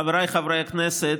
חבריי חברי הכנסת,